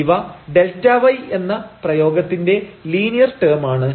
ഇവ Δy എന്ന പ്രയോഗത്തിന്റെ ലീനിയർ ടേം ആണ്